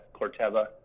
corteva